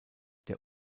der